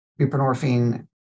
buprenorphine